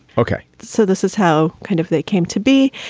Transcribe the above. ok. so this is how kind of they came to be.